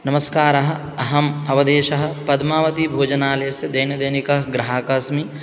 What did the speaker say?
नमस्कारः अहम् अवधेशः पद्मावतीभोजनालयस्य दैनंदैनिकग्राहकः अस्मि